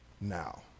now